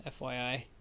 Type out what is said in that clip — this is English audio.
FYI